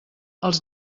els